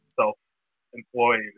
self-employed